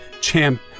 champ